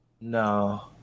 No